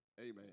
Amen